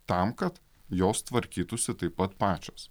tam kad jos tvarkytųsi taip pat pačios